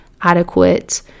adequate